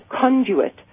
conduit